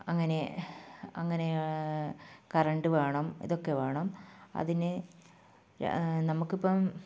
അങ്ങനെ അങ്ങനെ കറണ്ട് വേണം ഇതൊക്കെ വേണം അതിന് നമുക്കിപ്പം